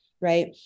right